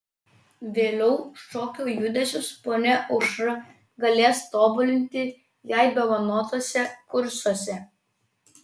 vėliau šokio judesius ponia aušra galės tobulinti jai dovanotuose kursuose